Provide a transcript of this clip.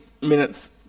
minutes